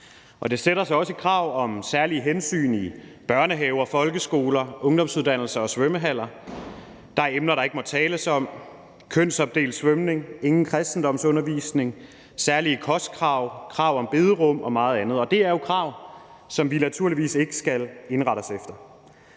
det sætter sig også i krav om særlige hensyn i børnehaver, folkeskoler, ungdomsuddannelser og svømmehaller. Der er emner, der ikke må tales om: Kønsopdelt svømning, ingen kristendomsundervisning, særlige kostkrav, krav om bederum og meget andet. Det er jo krav, som vi naturligvis ikke skal indrette os efter.